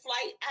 flight